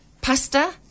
pasta